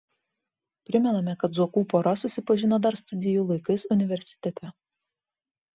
primename kad zuokų pora susipažino dar studijų laikais universitete